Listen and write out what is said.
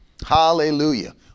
Hallelujah